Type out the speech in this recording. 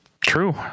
True